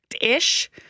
ish